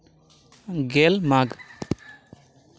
ᱜᱮᱞ ᱢᱟᱜᱽ